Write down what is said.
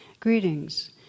Greetings